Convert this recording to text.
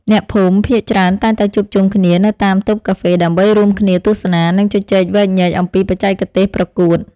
អ្នកភូមិភាគច្រើនតែងតែជួបជុំគ្នានៅតាមតូបកាហ្វេដើម្បីរួមគ្នាទស្សនា និងជជែកវែកញែកអំពីបច្ចេកទេសប្រកួត។